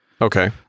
Okay